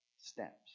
steps